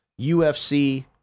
UFC